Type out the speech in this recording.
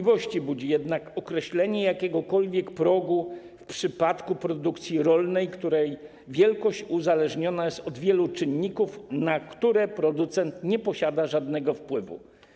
Moje wątpliwości budzi jednak określenie jakiegokolwiek progu w przypadku produkcji rolnej, której wielkość uzależniona jest od wielu czynników, na które producent nie ma żadnego wpływu.